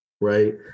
right